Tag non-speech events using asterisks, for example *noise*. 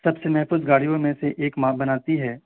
سب سے محفوظ گاڑیوں میں سے ایک *unintelligible* بناتی ہے